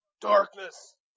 Darkness